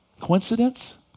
Coincidence